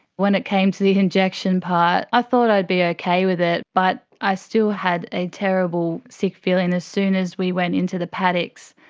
when it came to the injection part i thought i'd be okay with it, but i still had a terrible sick feeling as soon as we went into the paddocks.